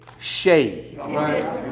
shade